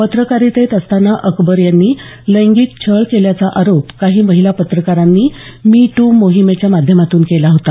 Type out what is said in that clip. पत्रकारितेत असतांना अकबर यांनी लैंगिक छळ केल्याचा आरोप काही महिला पत्रकारांनी मी टू मोहिमेच्या माध्यमातून केला होता